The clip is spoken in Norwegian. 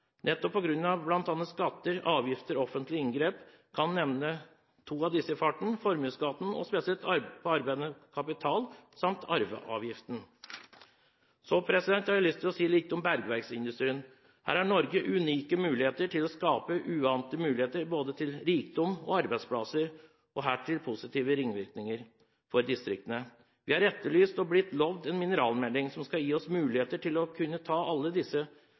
nettopp på grunn av bl.a. skatter, avgifter og offentlige inngrep. Jeg kan nevne to av disse i farten: formuesskatten, spesielt på arbeidende kapital samt arveavgiften. Så vil jeg si litt om bergverksindustrien. Her har Norge unike og uante muligheter når det gjelder både rikdom og arbeidsplasser – og dertil positive ringvirkninger for distriktene. Vi har etterlyst og blitt lovet en mineralmelding som skal se på muligheter til å ta alle disse